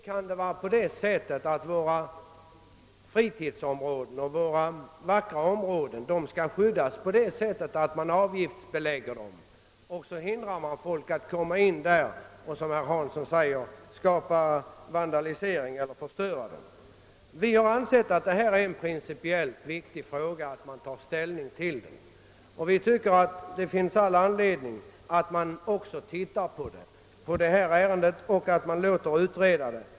Men inte bär vi väl avgiftsbelägga våra fritidsområden och natursköna områden för att hindra folk att komma in och därmed, som herr Hansson säger, undvika vandalisering eller förstörelse. Vi har ansett att man här bör ta ställning i en principiellt viktig fråga. Enligt vår mening finns det all anledning att man tittar på ärendet och låter utreda det.